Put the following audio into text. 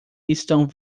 estão